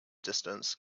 distance